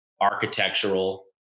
architectural